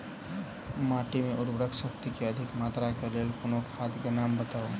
माटि मे उर्वरक शक्ति केँ अधिक मात्रा केँ लेल कोनो खाद केँ नाम बताऊ?